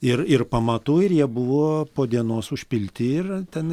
ir ir pamatų ir jie buvo po dienos užpilti ir ten